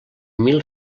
mil